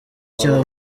cya